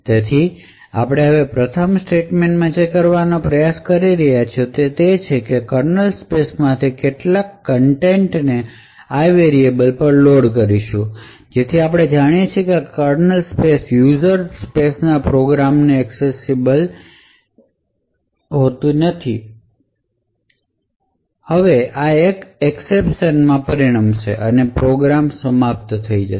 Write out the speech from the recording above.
તેથી હવે આપણે પ્રથમ સ્ટેટમેંટ માં જે કરવાનો પ્રયાસ કરી રહ્યા છીએ તે છે કર્નલ સ્પેસ માંથી કેટલીક કન્ટેન્ટને i વેરિએબલ પર લોડ કરશું જેથી આપણે જાણીએ કે કર્નલ સ્પેસ યુઝર સ્તરના પ્રોગ્રામથી એકસેસીબલ નથી હવે આ એક એકસેપશન માં પરિણમશે અને પ્રોગ્રામ સમાપ્ત થશે